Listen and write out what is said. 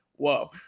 Whoa